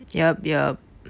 yup yup